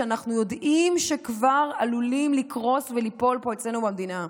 שאנחנו יודעים שכבר עלולים לקרוס וליפול פה אצלנו במדינה,